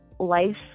life